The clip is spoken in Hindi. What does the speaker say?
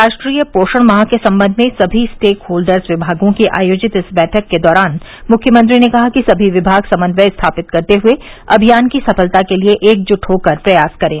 राष्ट्रीय पोषण माह के संबंध में सभी स्टेक होल्डर्स विभागों की आयोजित इस बैठक के दौरान मुख्यमंत्री ने कहा कि सभी विभाग समन्वय स्थापित करते हुए अभियान की सफलता के लिये एकजुट होकर प्रयास करें